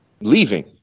leaving